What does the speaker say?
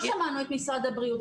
לא שמענו את משרד הבריאות,